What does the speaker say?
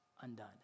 undone